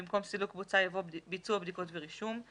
במקום "סילוק בוצה" יבוא "ביצוע בדיקות ורישום".